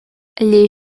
les